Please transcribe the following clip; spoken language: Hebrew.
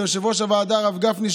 ויושב-ראש הוועדה הרב גפני,